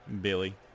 Billy